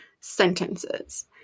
sentences